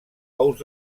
ous